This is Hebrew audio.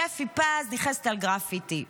שפי פז נכנסת על גרפיטי.